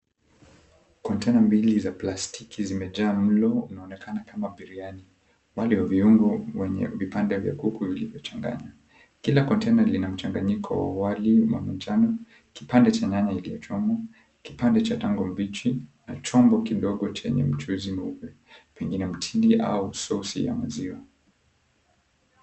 Container mbili za plastiki zimejaa mlo unaoonekana kama biriani, wali wa viungo wenye vipande vya kuku vilivyochanganywa. Kila container lina mchanganyiko wa wali wa manjano, kipande cha nyanya iliochomwa, kipande cha tango mbichi na chombo kidogo chenye mchuzi mweupe, pengine mtindi au sosi ya maziwa.